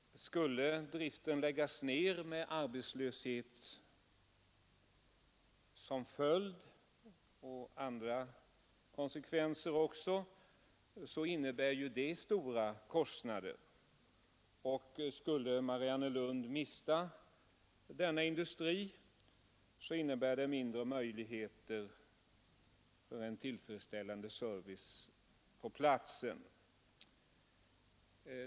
Skulle driften läggas ner med arbetslöshet som följd och även andra konsekvenser medför det stora kostnader, och skulle Mariannelund mista denna industri innebär det mindre möjligheter för en tillfredsställande service på platsen.